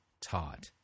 taught